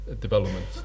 development